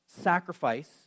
sacrifice